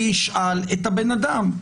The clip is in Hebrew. שישאל את הבן אדם: